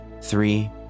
three